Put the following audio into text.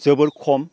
जोबोर खम